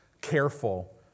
Careful